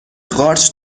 قارچ